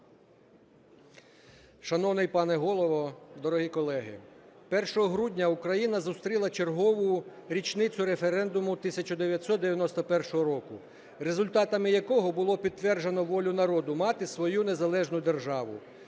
Шановний пане Голово, дорогі колеги! 1 грудня Україна зустріла чергову річницю референдуму 1991 року, результатами якого було підтверджено волю народу мати свою незалежну державу